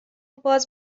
باز